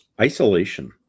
isolation